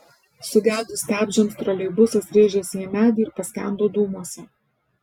sugedus stabdžiams troleibusas rėžėsi į medį ir paskendo dūmuose